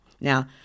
Now